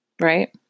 Right